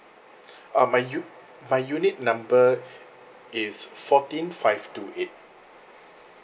uh my u~ my unit number is fourteen five two eight